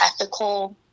ethical